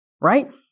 right